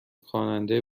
خواننده